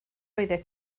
oeddet